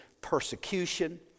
persecution